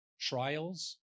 Trials